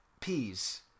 Peas